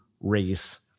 race